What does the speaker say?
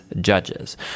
judges